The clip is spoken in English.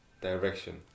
direction